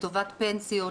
לטובת פנסיות.